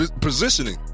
positioning